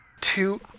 two